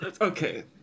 okay